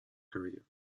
career